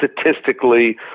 statistically